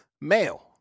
male